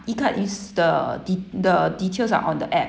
e-card is the de~ the details are on the app